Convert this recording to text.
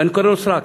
ואני קורא לו סרק,